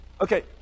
Okay